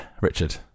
Richard